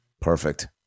Perfect